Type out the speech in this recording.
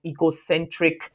ecocentric